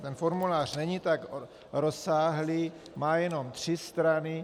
Ten formulář není tak rozsáhlý, má jenom tři strany.